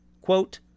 quote